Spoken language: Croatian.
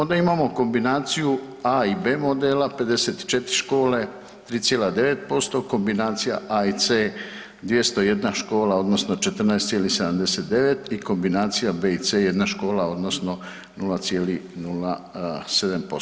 Onda imamo kombinaciju A i B modela, 54 škole, 3,9%, kombinacija A i C 201 škola odnosno 14,79 i kombinacija B i C 1 škola odnosno 0,07%